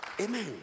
Amen